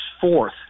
fourth